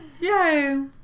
Yay